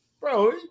bro